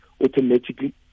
automatically